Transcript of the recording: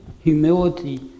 humility